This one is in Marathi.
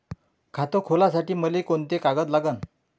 खात खोलासाठी मले कोंते कागद लागन?